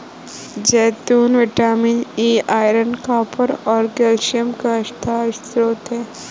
जैतून vitamin E, iron, copper और calcium का अच्छा स्रोत हैं